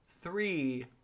three